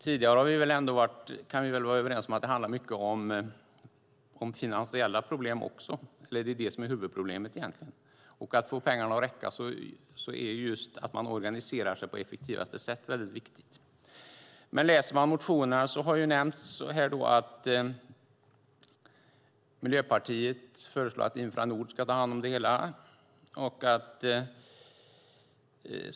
Tidigare har, kan vi väl vara överens om, det finansiella egentligen varit huvudproblemet. När det gäller att få pengarna att räcka är detta med att på effektivaste sätt organisera sig väldigt viktigt. När det gäller motionerna föreslår Miljöpartiet att Infranord tar hand om det hela.